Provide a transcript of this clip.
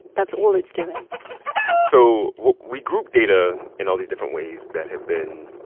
that's all it's doing so we group data in all these different ways that have been,